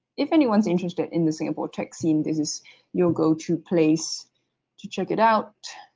if anyone is interested in the singapore tech scene business you'll go to place to check it out.